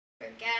forget